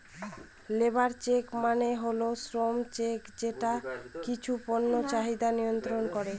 labour check মানে হল শ্রম চেক যেটা কিছু পণ্যের চাহিদা মিয়ন্ত্রন করে